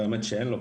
ובאמת שאין לו,